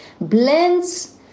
blends